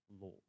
law